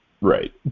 Right